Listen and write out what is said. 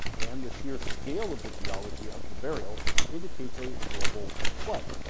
and the sheer scale of the geology of the burial indicates a global flood.